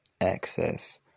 access